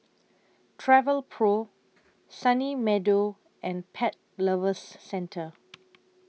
Travelpro Sunny Meadow and Pet Lovers Centre